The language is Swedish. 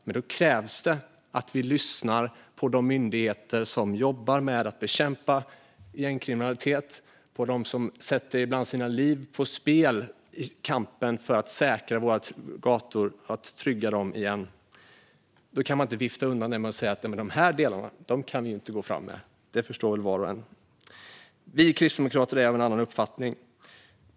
Men då krävs det att vi lyssnar på de myndigheter som jobbar med att bekämpa gängkriminalitet och på dem som ibland sätter sina liv på spel i kampen för att säkra och trygga våra gator. Då kan man inte vifta undan dem med att säga att de här delarna kan vi inte gå fram med; det förstår väl var och en. Vi kristdemokrater är av en annan uppfattning.